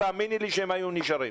תאמיני לי שהם היו נשארים.